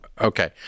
Okay